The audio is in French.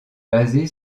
basée